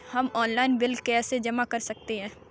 हम online bill कैसे जमा कर सकते हैं?